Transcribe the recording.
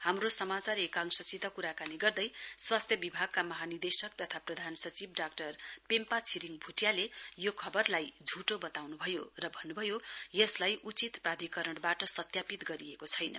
हाम्रो समाचार एकांशसित कुराकानी गर्दै स्वास्थ्य विभागका महानिदेशक तथा प्रधान सचिव डाक्टर पेम्पा छिरिङ भुटियाले यो खवरलाई झुटो वताउनु भयो र भन्नुभयो यसलाई उचित प्राधिकरणवाट सत्यापित गरिएको छैन